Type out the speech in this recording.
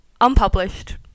unpublished